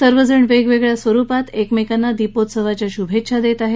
सर्वजण वेगवेगळ्या स्वरुपात एकमेकांना दीपोत्सवाच्या शूभेच्छा देत आहेत